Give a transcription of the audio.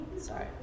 Sorry